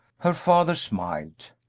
her father smiled.